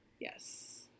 Yes